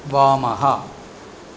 वामः